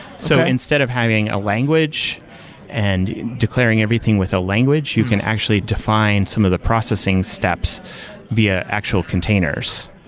so instead of having a language and declaring everything with a language, you can actually define some of the processing steps via actual containers.